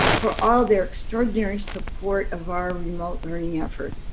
for all their extraordinary support of our remote learning effort.